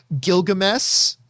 Gilgamesh